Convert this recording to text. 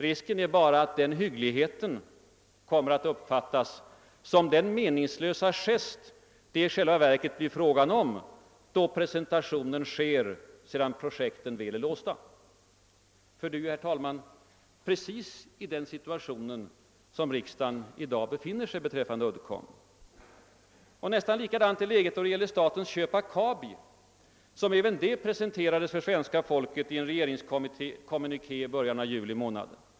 Risken är bara att den hyggligheten kommer att uppfattas som den meningslösa gest det i själva verket blir fråga om, då presentationen sker sedan projekten väl är låsta. För det är ju, herr talman, precis i den situationen riksdagen i dag befinner sig beträffande Uddcomb. Och nästan likadant är läget när det gäller statens köp av Kabi, som även det presenterades för svenska folket i en regeringskommuniké i början av juli månad.